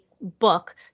book